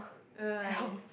right